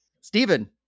Stephen